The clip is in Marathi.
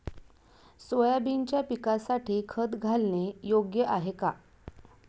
सोयाबीनच्या पिकासाठी खत घालणे योग्य आहे का?